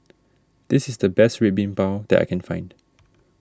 this is the best Red Bean Bao that I can find